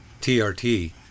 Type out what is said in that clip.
trt